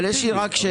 יש לי שאלה.